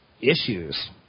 issues